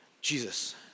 Jesus